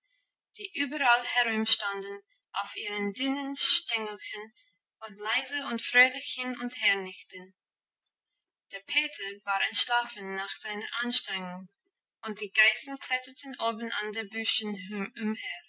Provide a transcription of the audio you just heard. die überall herumstanden auf ihren dünnen stängelchen und leise und fröhlich hin und her nickten der peter war entschlafen nach seiner anstrengung und die geißen kletterten oben an den büschen umher